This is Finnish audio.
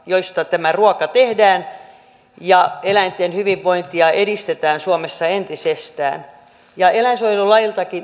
joista tämä ruoka tehdään voivat hyvin ja eläinten hyvinvointia edistetään suomessa entisestään eläinsuojelulailta